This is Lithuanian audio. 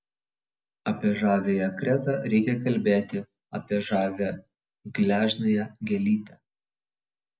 apie žaviąją kretą reikia kalbėti apie žavią gležnąją gėlytę